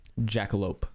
Jackalope